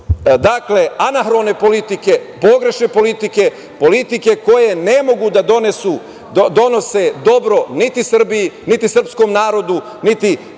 dakle, anahrone politike, pogrešne politike, politike koje ne mogu da donesu dobro ni Srbiji, ni srpskom narodu, ni